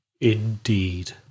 indeed